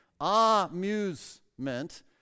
Amusement